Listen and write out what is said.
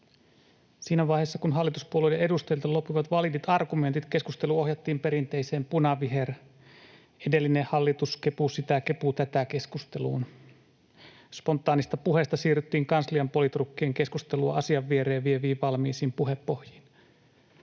Siinä vaiheessa, kun hallituspuolueiden edustajilta loppuivat validit argumentit, keskustelu ohjattiin perinteiseen punaviher-, edellinen hallitus-, kepu sitä kepu tätä ‑keskusteluun. Spontaanista puheesta siirryttiin kanslian politrukkien keskustelua asian viereen vieviin valmiisiin puhepohjiin.